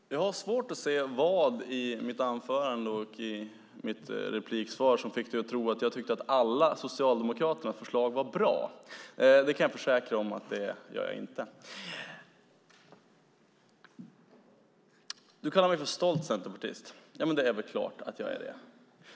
Fru talman! Jag har svårt att se vad i mitt anförande och i min replik som fick dig att tro att jag tycker att Socialdemokraternas alla förslag är bra. Det kan jag försäkra dig om att jag inte gör. Du kallar mig för stolt centerpartist. Det är väl klart att jag är det.